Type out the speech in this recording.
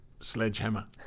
sledgehammer